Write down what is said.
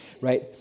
Right